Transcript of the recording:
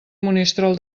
monistrol